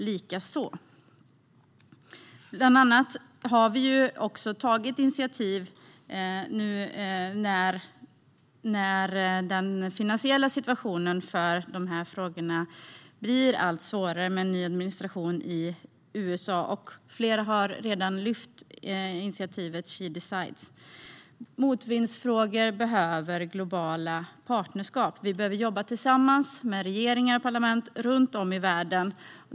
Vi har bland annat tagit olika initiativ nu när den finansiella situationen när det gäller dessa frågor blir allt svårare med en ny administration i USA. Flera talare har redan lyft fram initiativet She decides. Motvindsfrågor behöver globala partnerskap. Vi behöver jobba tillsammans med regeringar och parlament runt om i världen.